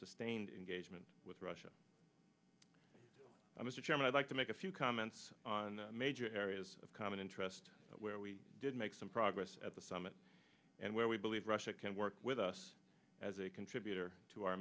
sustained engagement with russia mr chairman i'd like to make a few comments on the major areas of common interest where we did make some progress at the summit and where we believe russia can work with us as a contributor to our